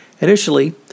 Initially